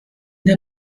der